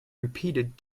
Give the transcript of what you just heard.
repeated